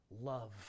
love